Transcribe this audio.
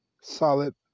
Solid